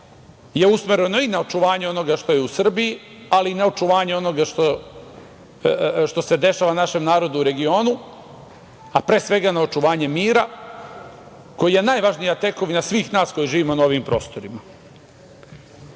je usmereno i na očuvanje onoga što je u Srbiji, ali i na očuvanje onoga što se dešava našem narodu u regionu, a pre svega na očuvanje mira, koji je najvažnija tekovina svih nas koji živimo na ovim prostorima. Srušiti